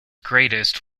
greatest